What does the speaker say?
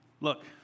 Look